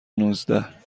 نوزده